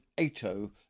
Ato